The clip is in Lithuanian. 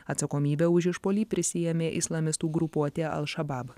atsakomybę už išpuolį prisiėmė islamistų grupuotė al šabab